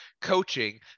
coaching